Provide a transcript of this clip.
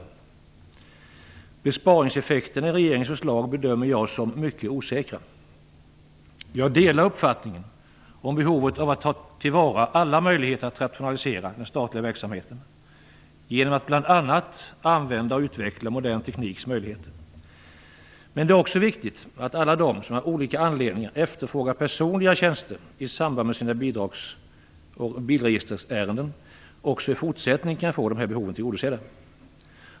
Jag bedömer besparingseffekterna av regeringens förslag som mycket osäkra. Jag delar uppfattningen om behovet av att ta till vara alla möjligheter att rationalisera den statliga verksamheten genom att bl.a. använda och utveckla den moderna teknikens möjligheter. Men det är också viktigt att alla de som av olika anledningar efterfrågar personliga tjänster i samband med sina bilregisterärenden även i fortsättningen kan få dessa behov tillgodosedda.